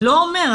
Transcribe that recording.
לא אומר.